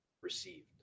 received